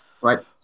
right